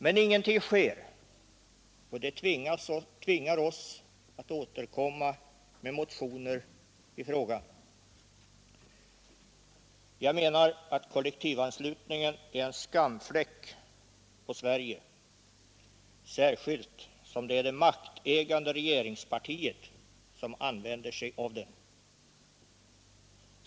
Men ingenting sker, och det tvingar oss att återkomma med motioner i frågan. Kollektivanslutningen är en skamfläck på Sverige särskilt som det är det maktägande regeringspartiet som använder sig av den.